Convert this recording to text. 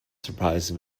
surprise